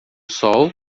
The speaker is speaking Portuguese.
sol